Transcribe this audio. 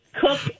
cook